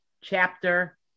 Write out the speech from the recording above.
chapter